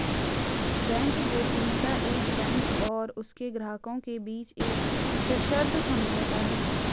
bank गोपनीयता एक bank और उसके ग्राहकों के बीच एक सशर्त समझौता है